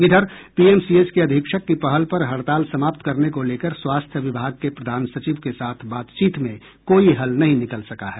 इधर पीएमसीएच के अधीक्षक की पहल पर हड़ताल समाप्त करने को लेकर स्वास्थ्य विभाग के प्रधान सचिव के साथ बातचीत में कोई हल नहीं निकल सका है